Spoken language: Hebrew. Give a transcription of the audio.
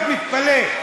אני רק מתפלא,